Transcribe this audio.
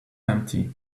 empty